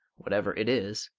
whatever it is.